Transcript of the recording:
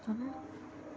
जालें